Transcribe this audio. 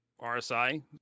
RSI